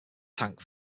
tank